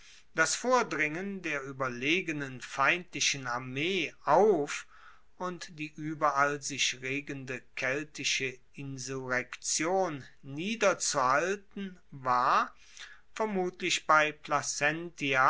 das vordringen der ueberlegenen feindlichen armee auf und die ueberall sich regende keltische insurrektion niederzuhalten war vermutlich bei placentia